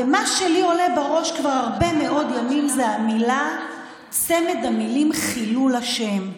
ומה שלי עולה בראש כבר הרבה מאוד ימים זה צמד המילים "חילול השם".